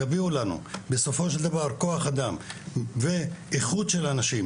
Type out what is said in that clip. תשתיות חינוך יביאו לנו בסופו של דבר כוח אדם ואיכות של אנשים